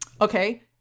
okay